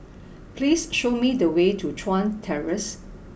please show me the way to Chuan Terrace